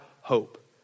hope